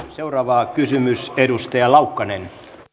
seuraava kysymys edustaja laukkanen